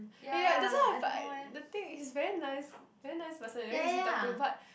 eh ya that's why I find the thing he's very nice very nice person very easy talk to but